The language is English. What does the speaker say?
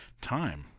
time